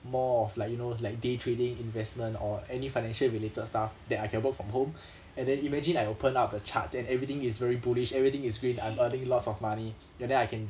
more of like you know like day trading investment or any financial related stuff that I can work from home and then imagine I open up the charts and everything is very bullish everything is green I'm earning lots of money ya then I can